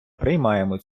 приймемо